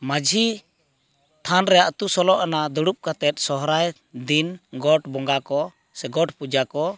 ᱢᱟᱺᱡᱷᱤ ᱛᱷᱟᱱᱨᱮ ᱟᱛᱩ ᱥᱳᱞᱳᱟᱱᱟ ᱫᱩᱲᱩᱵ ᱠᱟᱛᱮᱫ ᱥᱚᱦᱚᱨᱟᱭ ᱫᱤᱱ ᱜᱚᱴ ᱵᱚᱸᱜᱟ ᱠᱚ ᱥᱮ ᱜᱚᱴ ᱯᱩᱡᱟᱹ ᱠᱚ